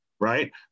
right